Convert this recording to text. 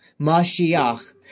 Mashiach